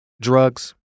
drugs